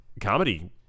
comedy